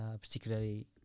particularly